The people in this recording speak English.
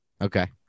Okay